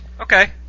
Okay